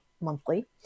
monthly